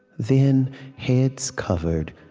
then heads covered,